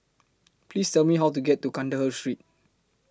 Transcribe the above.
Please Tell Me How to get to Kandahar Street